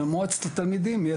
וגם מועצת התלמידים.